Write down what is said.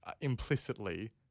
implicitly